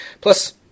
plus